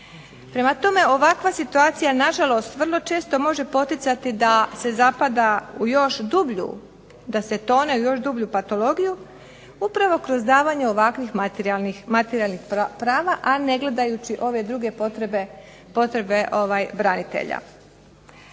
Prema tome, ovakva situacija nažalost vrlo često može poticati da se zapada u još dublju da se tone u još dublju patologiju upravo kroz davanja ovakvih materijalnih prava, a ne gledajući ove druge potrebe branitelja.